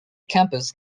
campus